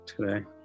today